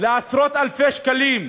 לעשרות-אלפי שקלים,